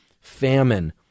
famine